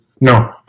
No